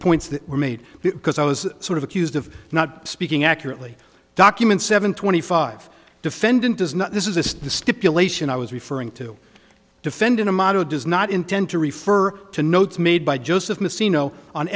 points that were made because i was sort of accused of not speaking accurately documents seven twenty five defendant does not this is the stipulation i was referring to defendant a motto does not intend to refer to notes made by joseph smith c no on